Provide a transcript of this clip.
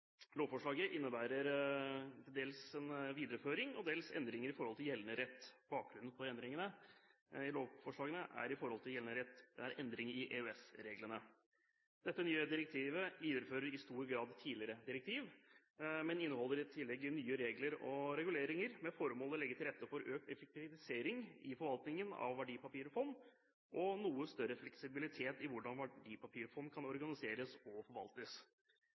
Lovforslaget innebærer dels en videreføring og dels endringer i forhold til gjeldende rett. Bakgrunnen for endringene i lovforslaget i forhold til gjeldende rett, er endringer i EØS-reglene. Det nye direktivet viderefører i stor grad tidligere direktiv, men inneholder i tillegg nye regler og reguleringer med det formål å legge til rette for økt effektivisering i forvaltningen av verdipapirfond og noe større fleksibilitet i hvordan verdipapirfond kan organiseres og forvaltes,